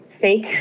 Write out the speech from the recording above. fake